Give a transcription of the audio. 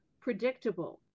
predictable